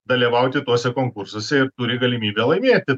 dalyvauti tuose konkursuose ir turi galimybę laimėti